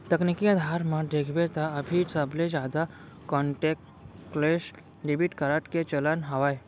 तकनीकी अधार म देखबे त अभी सबले जादा कांटेक्टलेस डेबिड कारड के चलन हावय